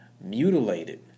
mutilated